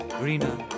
greener